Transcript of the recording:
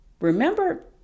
remember